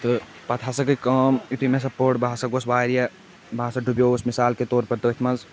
تہٕ پَتہٕ ہسا گٔے کٲم یِتھُے مےٚ سۄ پوٚر بہٕ ہَسا گوس واریاہ بہٕ ہَسا ڈُبیووُس مِثال کے طور پَر تٔتھۍ منٛز